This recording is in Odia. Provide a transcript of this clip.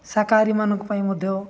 ସାକାହାରୀମାନଙ୍କ ପାଇଁ ମଧ୍ୟ